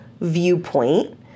viewpoint